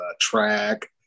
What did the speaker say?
track